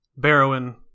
Barrowin